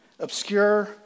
obscure